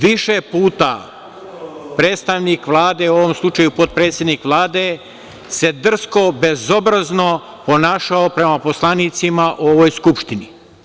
Više puta je predstavnik Vlade, u ovom slučaju potpredsednik Vlade, drsko i bezobrazno se ponašao prema poslanicima u ovoj Skupštini.